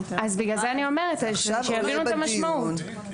בגלל זה אני אומרת, שיבינו את המשמעות.